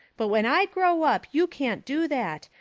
but when i grow up you can't do that,